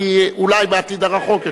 כי אולי בעתיד הרחוק יותר.